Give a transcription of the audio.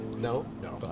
no? no,